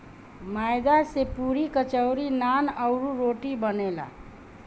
मैदा से पुड़ी, कचौड़ी, नान, अउरी, रोटी बनेला